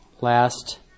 last